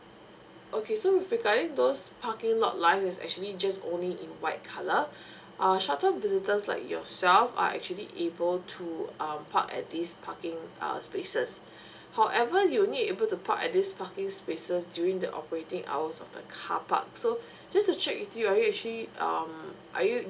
okay so with regarding those parking lot line is actually just only in white colour uh short term visitors like yourself are actually able to um park at this parking uh spaces however you only able to park at this parking spaces during the operating hours of the car park so just to check with you are you actually um are you